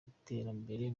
iterambere